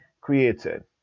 created